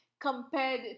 compared